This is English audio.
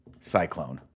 cyclone